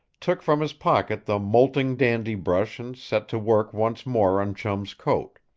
took from his pocket the molting dandy brush and set to work once more on chum's coat.